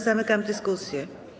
Zamykam dyskusję.